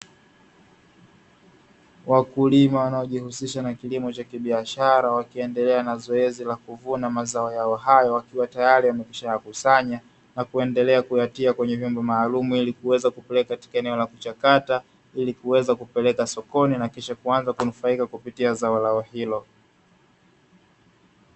Wakulima wanaojihusisha na kilimo cha kibiashara, wakiendelea na zoezi la kuvuna mazao yao hayo, wakiwa tayari wamekwisha kuyakusanya na kuendelea kuyatia kwenye vyombo maalumu, ili kuweza kupeleka katika eneo la kuchakata, ili kuweza kupeleka sokoni na kisha kuanza kunufaika kupitia zao lao hilo.